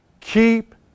keep